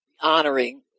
honoring